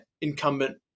incumbent